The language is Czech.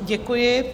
Děkuji.